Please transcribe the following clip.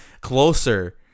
closer